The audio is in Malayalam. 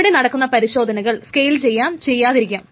അവിടെ നടക്കുന്ന പരിശോധനകൾ സ്കെയിൽ ചെയ്യാം ചെയ്യാതിരിക്കാം